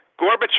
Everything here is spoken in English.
Gorbachev